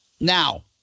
Now